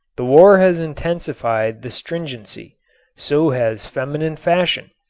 the war has intensified the stringency so has feminine fashion.